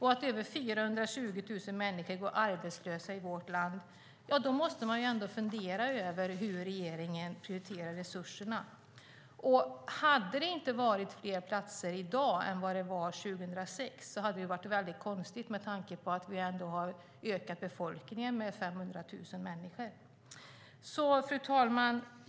Över 420 000 människor är arbetslösa i vårt land. Då måste man ändå fundera över hur regeringen prioriterar resurserna. Hade det inte varit fler platser i dag än vad det var 2006 hade det varit väldigt konstigt med tanke på att befolkningen har ökat med 500 000 människor. Fru talman!